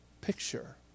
picture